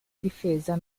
difesa